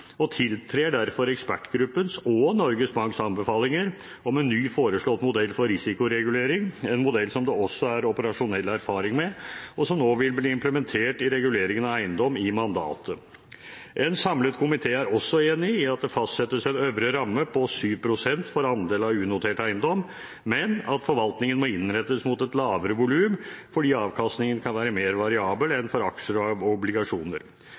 og tiltrer derfor ekspertgruppens og Norges Banks anbefalinger om en ny foreslått modell for risikoregulering, en modell som det også er operasjonell erfaring med, og som nå vil bli implementert i reguleringen av eiendom i mandatet. En samlet komité er også enig i at det fastsettes en øvre ramme på 7 pst. for andelen av unotert eiendom, men at forvaltningen må innrettes mot et lavere volum fordi avkastningen kan være mer variabel enn for aksjer og